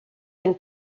than